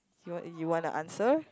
you want you want the answer